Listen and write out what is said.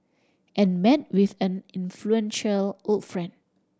and met with an influential old friend